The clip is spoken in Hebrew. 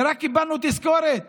ורק קיבלנו תזכורת